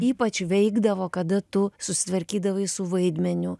ypač veikdavo kada tu susitvarkydavai su vaidmeniu